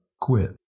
quit